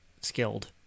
skilled